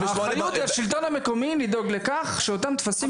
האחריות היא על השלטון המקומי והוא ידאג לכך שאותם טפסים יגיעו לגננת.